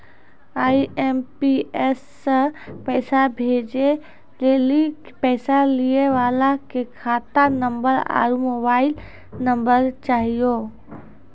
IMPS से पैसा भेजै लेली पैसा लिये वाला के खाता नंबर आरू मोबाइल नम्बर चाहियो